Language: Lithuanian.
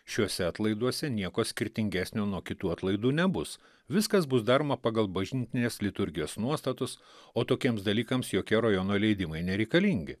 šiuose atlaiduose nieko skirtingesnio nuo kitų atlaidų nebus viskas bus daroma pagal bažnytinės liturgijos nuostatus o tokiems dalykams jokie rajono leidimai nereikalingi